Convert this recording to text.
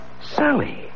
Sally